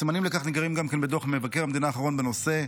הסימנים לכך ניכרים גם בדוח מבקר המדינה האחרון בנושא.